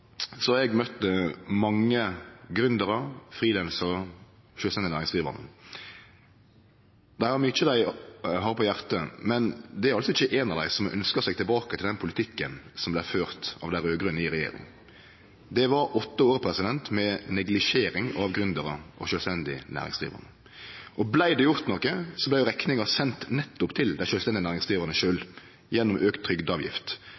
eg møtt mange gründerar, frilansarar og sjølvstendig næringsdrivande. Dei har mykje på hjartet, men det er altså ikkje éin av dei som har ønskt seg tilbake til den politikken som vart ført av dei raud-grøne i regjering. Det var åtte år med neglisjering av gründerar og sjølvstendig næringsdrivande, og vart det gjort noko, så vart rekninga sendt nettopp til dei sjølvstendig næringsdrivande